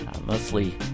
mostly